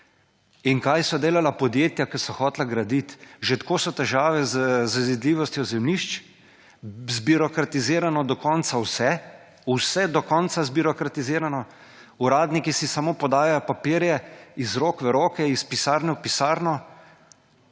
In kaj so delala podjetja, ki so hotela graditi? Že tako so težave z zazidljivostjo zemljišč, zbirokratizirano do konca vse, vse do konca zbirokratizirano. Uradniki si samo podajajo papirje iz rok v roke, iz pisarne v pisarno.